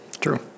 True